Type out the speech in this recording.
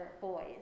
boys